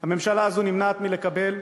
הממשלה הזאת נמנעת מלקבל,